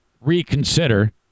reconsider